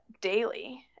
daily